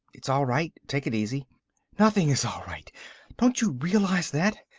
it's all right. take it easy nothing is all right don't you realize that.